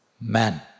man